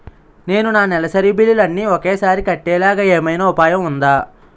నేను నా నెలసరి బిల్లులు అన్ని ఒకేసారి కట్టేలాగా ఏమైనా ఉపాయం ఉందా?